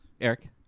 Eric